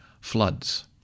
floods